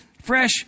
fresh